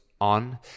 on